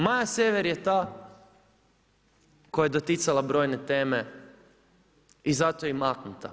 Maja Sever je ta, koja je doticala brojne teme i zato je maknuta.